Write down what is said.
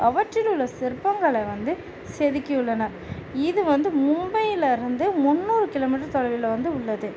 அவற்றில் உள்ள சிற்பங்களை வந்து செதுக்கி உள்ளனர் இது வந்து மும்பையில் இருந்து முன்னூறு கிலோமீட்டரு தொலைவில் வந்து உள்ளது